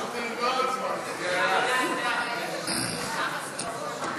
חוק עבודת נשים (תיקון מס' 55), התשע"ו 2016,